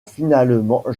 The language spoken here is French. finalement